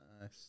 Nice